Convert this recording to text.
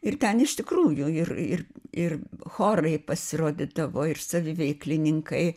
ir ten iš tikrųjų ir ir ir chorai pasirodydavo ir saviveiklininkai